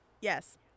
Yes